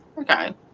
Okay